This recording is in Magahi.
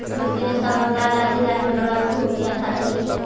जूट के रेशा बंगाल आदि राज्य में बड़ा उद्योग के आधार हई